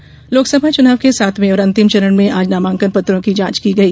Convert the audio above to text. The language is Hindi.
नामांकन लोकसभा चुनाव के सातवें और अंतिम चरण में आज नामांकन पत्रों की जांच की गई